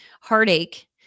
heartache